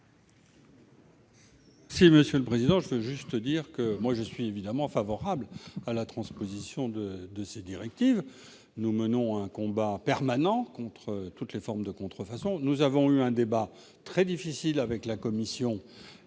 Yung, pour explication de vote. Je suis évidemment favorable à la transposition de ces directives. Nous menons un combat permanent contre toutes les formes de contrefaçon, et nous avons eu un débat très difficile avec la Commission